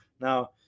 now